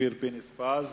אופיר פינס-פז.